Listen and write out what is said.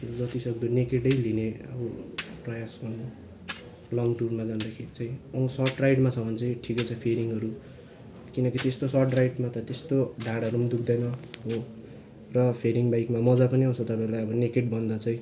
जति सक्दो नेकेडै लिने अब प्रयास गर्नु लङ टुरमा जाँदाखेरि चाहिँ अब सर्ट राइडमा छ भने चाहिँ ठिकै छ फेरिङहरू किनकि त्यस्तो सर्ट राइडमा त त्यस्तो ढाँडहरू पनि दुख्दैन हो र फेरिङ बाइकमा मज्जा पनि आउँछ तपाईँलाई अब नेकेड भन्दा चाहिँ